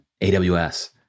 AWS